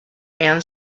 and